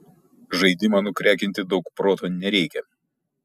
žaidimą nukrekinti daug proto nereikia